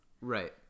Right